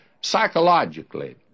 psychologically